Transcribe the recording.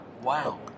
Wow